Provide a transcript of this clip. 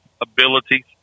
abilities